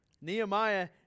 Nehemiah